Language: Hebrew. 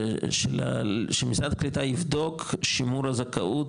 שמשרד הקליטה יבדוק שימור הזכאות,